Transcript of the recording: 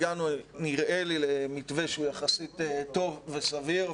נראה לי שהגענו למתווה שהוא יחסית טוב וסביר,